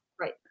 Right